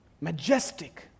Majestic